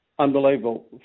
Unbelievable